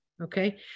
Okay